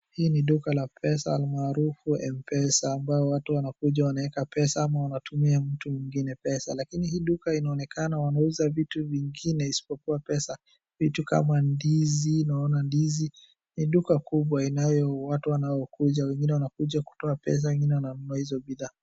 Hii ni duka la pesa almaruuf Mpesa ambayo watu wanakuja wanaweka pesa au wanatumia mtu mwingine pesa. lakini hili inaonekana wanauza vitu vingine isipokuwa pesa vitu kama ndizi naona ndizi ni duka kuwa inayo watu wanaokuja wengine wanakuja kutoa pesa wengine wananunua hizo bidhaa.